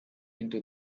into